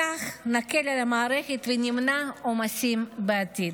בכך, נקל על המערכת ונמנע עומסים בעתיד.